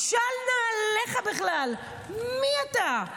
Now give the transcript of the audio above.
של נעליך בכלל, מי אתה?